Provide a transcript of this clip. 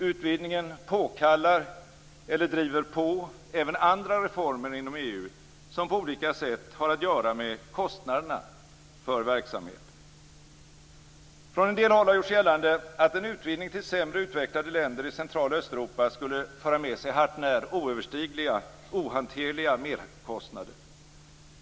Utvidgningen påkallar eller driver på även andra reformer inom EU, som på olika sätt har att göra med kostnaderna för verksamheten. Från en del håll har gjorts gällande att en utvidgning till sämre utvecklade länder i Central och Östeuropa skulle föra med sig hart när oöverstigliga och ohanterliga merkostnader.